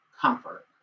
comfort